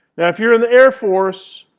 now, if you're in the air force,